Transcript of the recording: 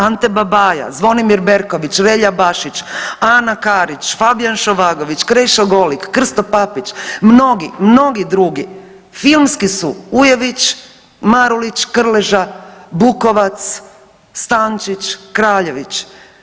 Ante Babaja, Zvonimir Berković, Relja Bašić, Ana Karić, Fabijan Šovagović, Krešo Golik, Krsto Papić, mnogi, mnogi drugi, filmski su Ujević, Marulić, Krleža, Bukovac, Stančić, Kraljević.